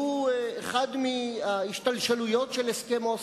שהוא אחד מההשתלשלויות של הסכם אוסלו,